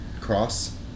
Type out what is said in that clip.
Cross